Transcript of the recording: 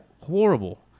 horrible